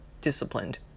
disciplined